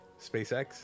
SpaceX